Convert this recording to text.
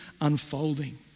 unfolding